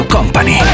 Company